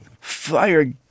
Fire